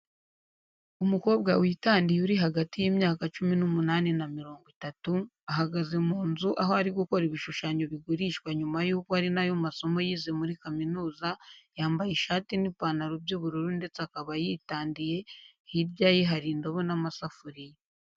Umukobwa witandiye uri hagati y'imyaka cumi n'umunani na mirongo itatu, ahagaze mu nzu aho ari gukora ibishushanyo bigurishwa nyuma y'uko ari na yo masomo yize muri kaminuza, yambaye ishati n'ipantaro by'ubururu ndetse akaba yitandiye, hirya ye hari indobo n'amasafuriya.